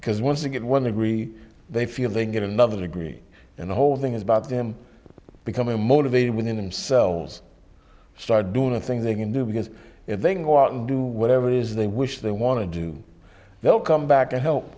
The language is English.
because once they get one agree they feel they get another agree and the whole thing is about them becoming motivated within themselves start doing things they can do because they can go out and do whatever it is they wish they want to do they'll come back to help